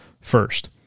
first